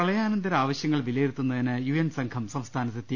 പ്രളയാനന്തര ആവശ്യങ്ങൾ വിലയിരുത്തുന്നതിന് യുഎൻ സംഘം സംസ്ഥാനത്ത് എത്തി